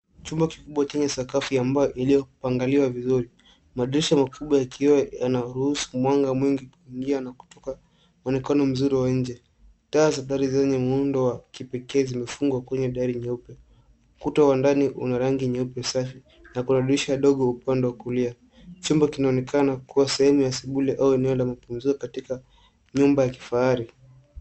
Chumba kikubwa chenye sakafu ya mbao iliyoangaliwa vizuri. Madirisha makubwa ya kioo yanaruhusu mwanga mwingi kuingia na kutoka kwa mkondo mzuri wa nje. Taa za dari zenye muundo wa kipekee zimefungwa kwenye dari nyeupe. Kuta wa ndani una rangi nyeupe, safi na kuna dirisha ndogo upande wa kulia. Chumba kinaonekana kuwa sehemu ya sebule au eneo la kupumzika katika nyumba ya kifahari.